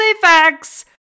facts